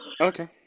Okay